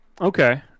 Okay